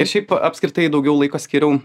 ir šiaip apskritai daugiau laiko skyriau